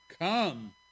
Come